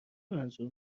منظور